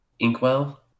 Inkwell